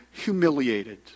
humiliated